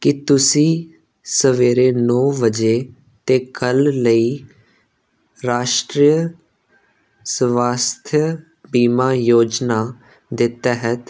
ਕੀ ਤੁਸੀਂ ਸਵੇਰੇ ਨੌੌੌਂ ਵਜੇ 'ਤੇ ਕੱਲ੍ਹ ਲਈ ਰਾਸ਼ਟਰੀਯ ਸਵਾਸਥਯ ਬੀਮਾ ਯੋਜਨਾ ਦੇ ਤਹਿਤ